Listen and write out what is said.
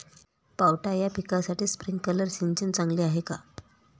पावटा या पिकासाठी स्प्रिंकलर सिंचन चांगले आहे का?